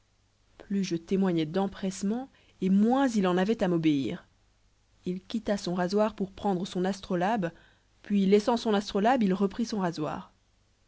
plus je témoignais d'empressement et moins il en avait à m'obéir il quitta son rasoir pour prendre son astrolabe puis laissant son astrolabe il reprit son rasoir